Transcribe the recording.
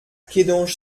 kédange